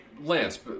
Lance